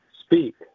speak